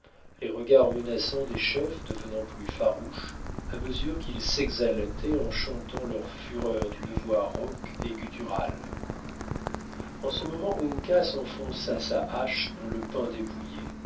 les regards menaçants des chefs devenant plus farouches à mesure qu'ils s'exaltaient en chantant leur fureur d'une voix rauque et gutturale en ce moment uncas enfonça sa hache dans le pin dépouillé